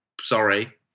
sorry